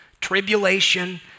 Tribulation